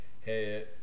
hey